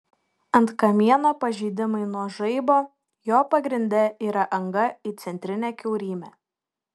ant kamieno pažeidimai nuo žaibo jo pagrinde yra anga į centrinę kiaurymę